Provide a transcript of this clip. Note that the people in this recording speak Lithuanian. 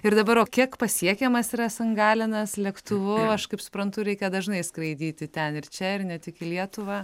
ir dabar o kiek pasiekiamas yra san galenas lėktuvu aš kaip suprantu reikia dažnai skraidyti ten ir čia ir ne tik į lietuvą